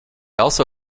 also